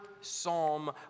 psalm